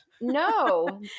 No